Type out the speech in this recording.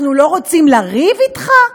אנחנו לא רוצים לריב אתך?